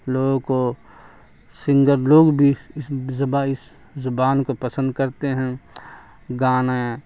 لوگوں کو سنگر لوگ بھی اس اس زبان کو پسند کرتے ہیں گانے